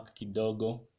Kidogo